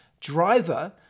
driver